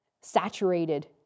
saturated